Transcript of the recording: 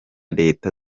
leta